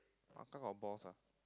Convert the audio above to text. Ahkah got boss ah